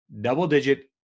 double-digit